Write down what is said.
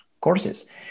courses